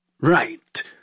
Right